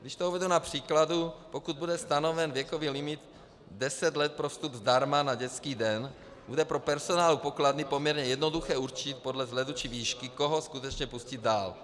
Když to uvedu na příkladu, pokud bude stanoven věkový limit deset let pro vstup zdarma na dětský den, bude pro personál pokladny poměrně jednoduché určit podle vzhledu či výšky, koho skutečně pustit dál.